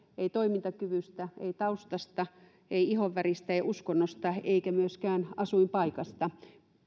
ei toimintakyvystä ei taustasta ei ihonväristä ei uskonnosta eikä myöskään asuinpaikasta